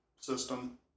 system